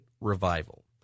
revival